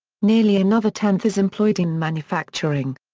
nearly another tenth is employed in manufacturing.